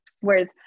Whereas